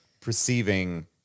perceiving